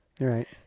Right